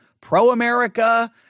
pro-America